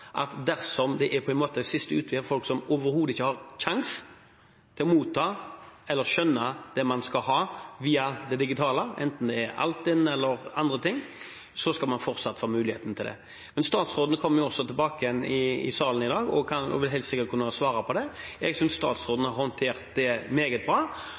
at dersom det er siste utvei for folk som overhodet ikke har sjanse til å motta eller skjønne det man skal ha, via det digitale, enten det er Altinn eller andre ting, så skal man fortsatt få muligheten til det. Men statsråden kommer også tilbake til salen igjen i dag og vil helt sikkert kunne svare på det. Jeg synes statsråden har håndtert det meget bra,